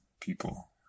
people